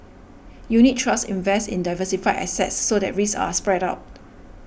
unit trusts invest in diversified assets so that risks are spread out